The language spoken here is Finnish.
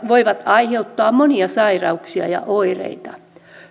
voivat aiheuttaa monia sairauksia ja oireita